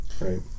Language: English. right